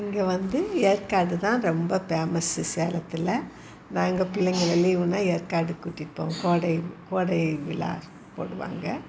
இங்கே வந்து ஏற்காடு தான் ரொம்ப ஃபேமஸு சேலத்தில் நான் எங்கள் பிள்ளைகளுக்கு லீவுன்னா ஏற்காடுக்கு கூட்டிட்டு போவேன் கோடை கோடை விழா போடுவாங்க